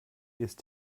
ist